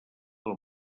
del